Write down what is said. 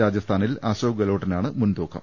രാജസ്ഥാനിൽ അശോക് ഗെഹ്ലോട്ടിനാണ് മുൻതൂക്കം